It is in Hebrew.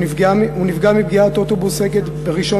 הוא נפגע מפגיעת אוטובוס "אגד" ב-1